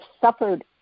suffered